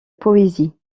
poésies